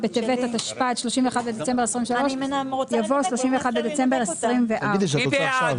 בטבת התשפ"ד (31 בדצמבר 2023) יבוא "31 בדצמבר 2024)". מי בעד?